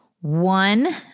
One